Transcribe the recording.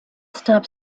stop